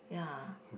ya